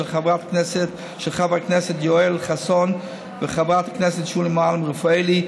של חבר הכנסת יואל חסון וחברת הכנסת שולי מועלם-רפאלי,